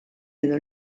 edo